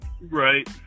right